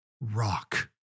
rock